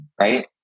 right